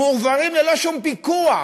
מועבר ללא שום פיקוח